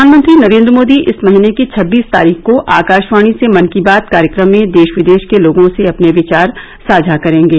प्रधानमंत्री नरेन्द्र मोदी इस महीने की छब्बीस तारीख को आकाशवाणी से मन की बात कार्यक्रम में देश विदेश के लोगों से अपने विचार साझा करेंगे